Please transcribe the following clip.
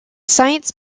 science